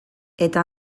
eta